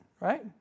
right